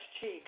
cheek